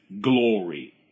glory